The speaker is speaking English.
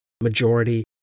majority